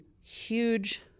huge